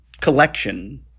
collection